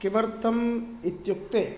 किमर्थम् इत्युक्ते